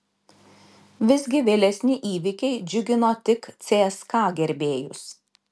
visgi vėlesni įvykiai džiugino tik cska gerbėjus